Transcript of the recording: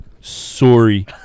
Sorry